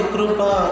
Krupa